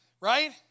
Right